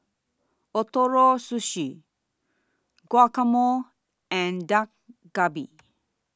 Ootoro Sushi Guacamole and Dak Galbi